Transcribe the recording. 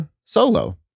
solo